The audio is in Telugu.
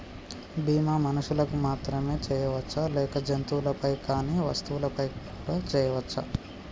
బీమా మనుషులకు మాత్రమే చెయ్యవచ్చా లేక జంతువులపై కానీ వస్తువులపై కూడా చేయ వచ్చా?